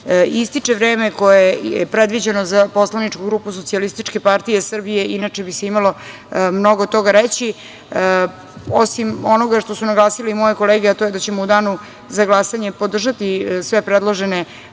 vreme koje je predviđeno za poslaničku grupu Socijalističke partije Srbije, inače bi se imalo mnogo toga reći. Osim onoga što su naglasile moje kolege, a to je da ćemo u danu za glasanje podržati sve predložene